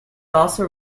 also